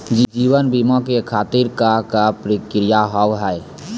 जीवन बीमा के खातिर का का प्रक्रिया हाव हाय?